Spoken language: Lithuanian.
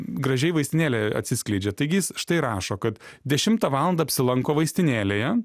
gražiai vaistinėlė atsiskleidžia taigi jis štai rašo kad dešimtą valandą apsilanko vaistinėlėje